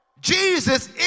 Jesus